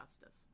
justice